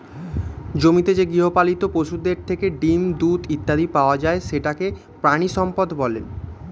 জমিতে যে গৃহপালিত পশুদের থেকে ডিম, দুধ ইত্যাদি পাওয়া যায় সেটাকে প্রাণিসম্পদ বলে